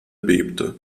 bebte